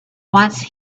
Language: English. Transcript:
once